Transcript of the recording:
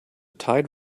tide